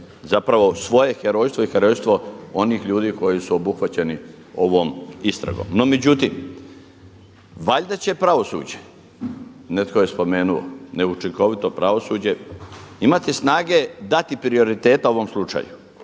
zapravo svoje herojstvo i herojstvo onih ljudi koji su obuhvaćeni ovom istragom. No međutim valjda će pravosuđe, netko je spomenuo, neučinkovito pravosuđe, imati snage dati prioriteta ovom slučaju